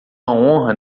honra